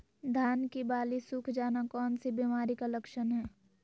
धान की बाली सुख जाना कौन सी बीमारी का लक्षण है?